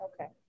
Okay